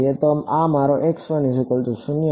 તો આ મારો છે